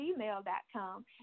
gmail.com